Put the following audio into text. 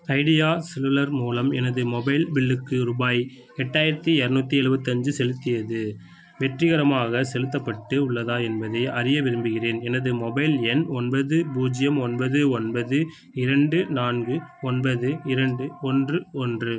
idea cellular மூலம் எனது mobile பில்லுக்கு ருபாய் எட்டாயிரத்தி எரநூத்தி எழுபத்தஞ்சி செலுத்தியது வெற்றிகரமாக செலுத்தப்பட்டு உள்ளதா என்பதை அறிய விரும்புகிறேன் எனது மொபைல் எண் ஒன்பது பூஜ்ஜியம் ஒன்பது ஒன்பது இரண்டு நான்கு ஒன்பது இரண்டு ஒன்று ஒன்று